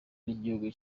ry’igihugu